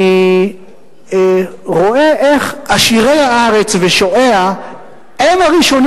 אני רואה איך עשירי הארץ ושועיה הם הראשונים